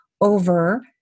over